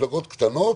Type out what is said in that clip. שמפלגות קטנות,